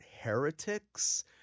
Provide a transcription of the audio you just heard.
heretics